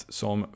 som